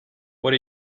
what